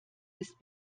ist